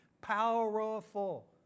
powerful